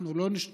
אנחנו לא נשתוק,